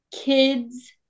kids